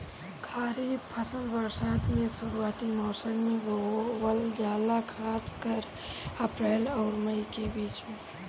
खरीफ फसल बरसात के शुरूआती मौसम में बोवल जाला खासकर अप्रैल आउर मई के बीच में